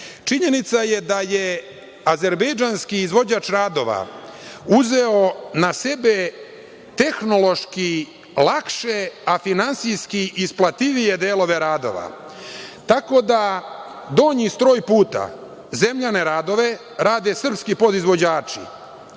Činjenica je da je azerbejdžanski izvođač radova uzeo na sebe tehnološki lakše a finansijski isplatljivije delove radova, tako da donji stroj puta zemljane radove rade srpski podizvođači,